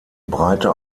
breite